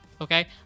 Okay